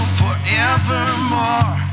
forevermore